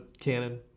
canon